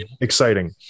exciting